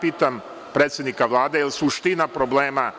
Pitam predsednika Vlade, pošto suština problema